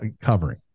covering